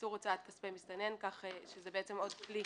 איסור הוצאת כספי מסתנן, שזה בעצם עוד כלי